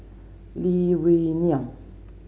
Lee Wee Nam